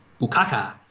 Bukaka